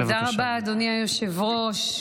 תודה רבה, אדוני היושב-ראש.